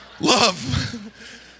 Love